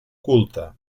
culta